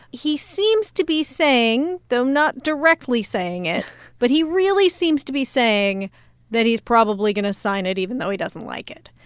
he seems to be saying though not directly saying it but he really seems to be saying that he's probably going to sign it, even though he doesn't like it.